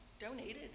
Donated